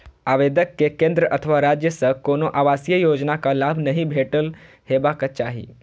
आवेदक कें केंद्र अथवा राज्य सं कोनो आवासीय योजनाक लाभ नहि भेटल हेबाक चाही